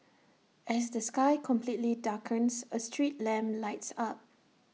as the sky completely darkens A street lamp lights up